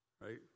Right